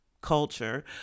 culture